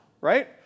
right